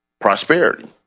Prosperity